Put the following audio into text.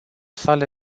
sale